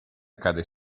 accade